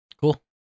Cool